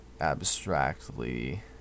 abstractly